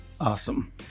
Awesome